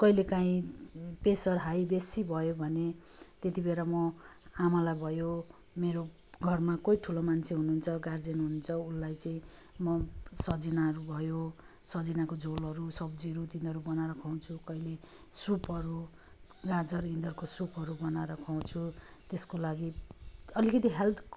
कहिले काहीँ pressure high बेसी भयो भने त्यति बेर म अमला भयो मेरो घरमा कोही ठुलो मान्छे हुनुहुन्छ गार्जियन हुनुहुन्छ उसलाई चाहिँ म सजनाहरू भयो सजनाको झोलहरू सब्जीहरू तिनीहरू बनाएर खुवाउँछु कहिले सुपहरू गाजर यिनीहरूको सुपहरू बनाएर खुवाउँछु त्यसको लागि अलिकति हेल्थ